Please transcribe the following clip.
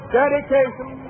dedication